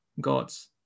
God's